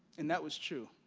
and that was true.